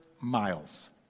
miles